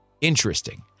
interesting